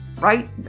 Right